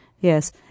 Yes